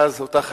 ואז אותה חיילת,